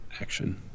action